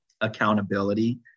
accountability